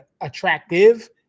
attractive